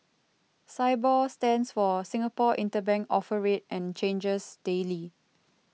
Sibor stands for Singapore Interbank Offer Rate and changes daily